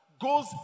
goes